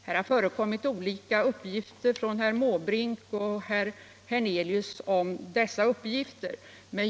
Herr Måbrink och herr Hernelius har här lämnat olika uppgifter.